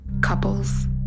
Couples